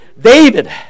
David